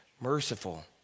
merciful